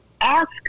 ask